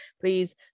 please